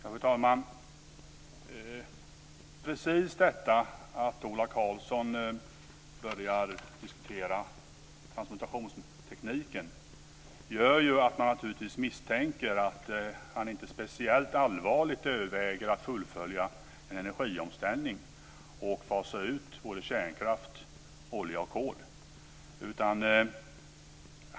Fru talman! Precis detta att Ola Karlsson börjar diskutera transmutationstekniken gör ju att man naturligtvis misstänker att han inte speciellt allvarligt överväger att fullfölja en energiomställning och fasa ut kärnkraft, olja och kol.